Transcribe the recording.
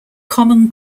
common